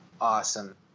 awesome